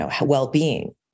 well-being